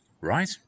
right